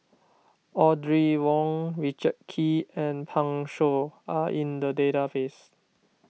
Audrey Wong Richard Kee and Pan Shou are in the database